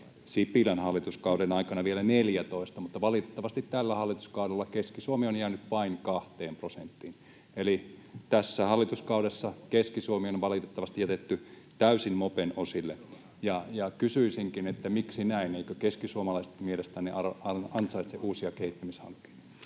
Sipilän hallituskauden aikana vielä 14, mutta valitettavasti tällä hallituskaudella Keski-Suomi on jäänyt vain 2 prosenttiin. Eli tällä hallituskaudella Keski-Suomi on valitettavasti jätetty täysin mopen osille, ja kysyisinkin: miksi näin, eivätkö keskisuomalaiset mielestänne ansaitse uusia kehittämishankkeita?